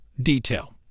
detail